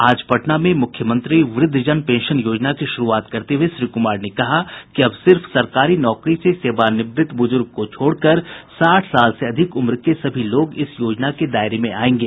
आज पटना में मुख्यमंत्री वृद्धजन पेंशन योजना की शुरूआत करते हुए श्री कुमार ने कहा कि अब सिर्फ सरकारी नौकरी से सेवानिवृत्त बुजुर्ग को छोड़कर साठ साल से अधिक उम्र के सभी लोग इस योजना के दायरे में आयेंगे